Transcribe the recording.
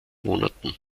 monaten